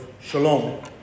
shalom